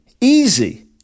Easy